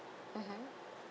mmhmm